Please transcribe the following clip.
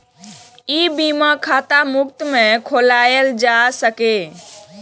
ई बीमा खाता मुफ्त मे खोलाएल जा सकैए